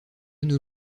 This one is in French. nos